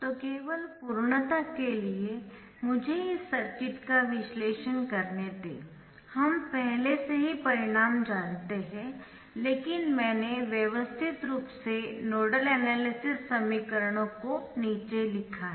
तो केवल पूर्णता के लिए मुझे इस सर्किट का विश्लेषण करने दें हम पहले से ही परिणाम जानते है लेकिन मैंने व्यवस्थित रूप से नोडल एनालिसिस समीकरणों को नीचे लिखा है